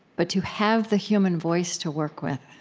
but to have the human voice to work with,